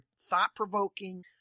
thought-provoking